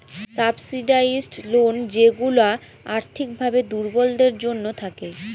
subsidised loan যেইগুলা আর্থিক ভাবে দুর্বলদের জন্য থাকে